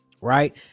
right